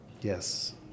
Yes